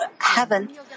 heaven